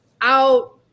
out